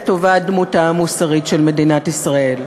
לטובת דמותה המוסרית של מדינת ישראל,